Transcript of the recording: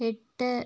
എട്ട്